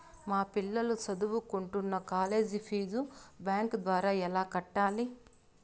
మా పిల్లలు సదువుకుంటున్న కాలేజీ ఫీజు బ్యాంకు ద్వారా ఎలా కట్టాలి?